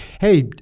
hey